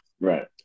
right